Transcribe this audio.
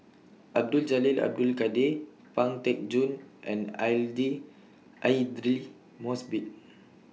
Abdul Jalil Abdul Kadir Pang Teck Joon and I D Aidli Mosbit